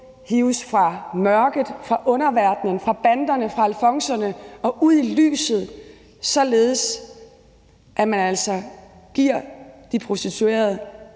hives ud fra mørket, fra underverdenen, fra banderne og fra alfonserne og ud i lyset, således at man altså giver de prostituerede